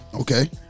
Okay